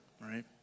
right